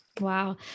Wow